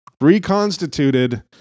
reconstituted